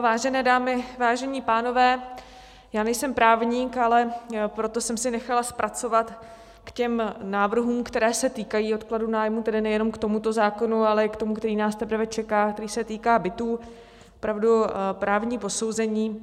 Vážené dámy, vážení pánové, já nejsem právník, proto jsem si nechala zpracovat k návrhům, které se týkají odkladu nájmů, tedy nejenom k tomuto zákonu, ale i k tomu, který nás teprve čeká, který se týká bytů, opravdu právní posouzení.